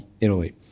Italy